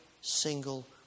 single